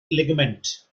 ligament